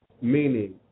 meaning